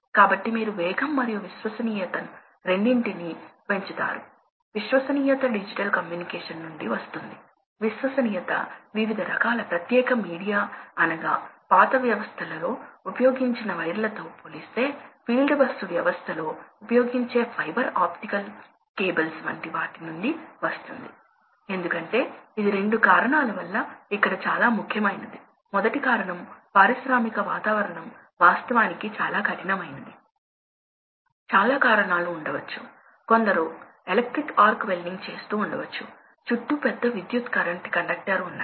కాబట్టి ఇది ఫ్యాన్ యొక్క లక్షణాలు ఇప్పుడు ఈ ఫ్యాన్ ఒక లోడ్ తో అనుసంధానించబడి ఉంటే లోడ్ అంటే అది వివిధ విషయాలు కావచ్చు ఉదాహరణకు ఫ్యాన్స్ లను ఫర్నేసెస్ లలో ఉపయోగిస్తారు కాబట్టి ఫ్యాన్ లో సాధారణంగా మీరు ఒక విద్యుత్ కేంద్రానికి వెళితే మీకు పెద్ద బాయిలర్లు ఉన్నాయని మరియు ఈ బాయిలర్లు ఫర్నేసుల ద్వారా వేడి చేయబడతాయి మరియు ఈ ఫర్నేసులకు రెండు భారీ ఫ్యాన్స్ ఉంటాయి ఒకటి ఇండుస్డ్ డ్రాఫ్ట్ ఫ్యాన్ అని పిలుస్తారు మరొకటి ఫోర్స్డ్ డ్రాఫ్ట్ ఫ్యాన్ అంటారు